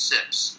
Sips